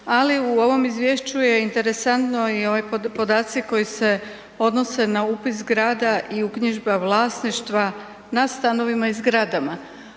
ali u ovom izvješću je interesantno i ovi podaci koji se odnose na upis grada i uknjižba vlasništva na stanovima i zgradama.